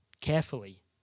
carefully